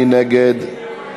מי נגד?